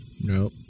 Nope